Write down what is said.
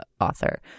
author